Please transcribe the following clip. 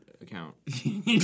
account